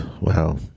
Wow